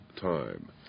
time